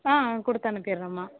ஆ கொடுத்தனுப்பிட்றோம்மா